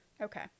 okay